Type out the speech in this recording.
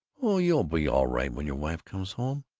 oh, you'll be all right when your wife comes home.